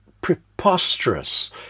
preposterous